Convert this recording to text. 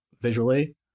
visually